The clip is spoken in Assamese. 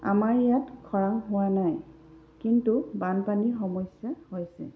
আমাৰ ইয়াত খৰাং হোৱা নাই কিন্তু বানপানীৰ সমস্যা হৈছে